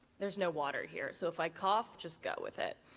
there's no water here, so if i cough, just go with it.